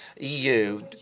EU